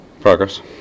progress